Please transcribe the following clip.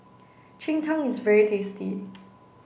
Cheng Tng is very tasty